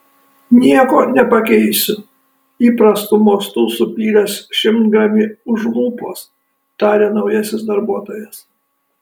nieko nepakeisiu įprastu mostu supylęs šimtgramį už lūpos tarė naujasis darbuotojas